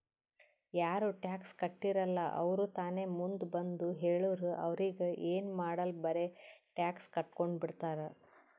ಯಾರು ಟ್ಯಾಕ್ಸ್ ಕಟ್ಟಿರಲ್ಲ ಅವ್ರು ತಾನೇ ಮುಂದ್ ಬಂದು ಹೇಳುರ್ ಅವ್ರಿಗ ಎನ್ ಮಾಡಾಲ್ ಬರೆ ಟ್ಯಾಕ್ಸ್ ಕಟ್ಗೊಂಡು ಬಿಡ್ತಾರ್